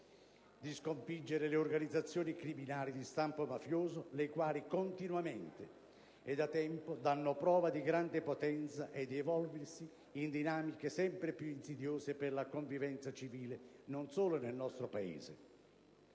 di sconfiggere le organizzazioni criminali di stampo mafioso, le quali da tempo danno prova di grande potenza e di evolversi di continuo in dinamiche sempre più insidiose per la convivenza civile, non solo nel nostro Paese.